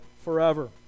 forever